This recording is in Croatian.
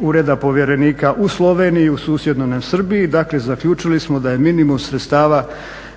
ureda povjerenika u Sloveniji i u susjednoj nam Srbiji. Dakle, zaključili smo da je minimum sredstava